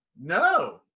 No